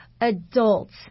adults